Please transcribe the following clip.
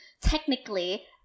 technically